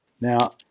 Now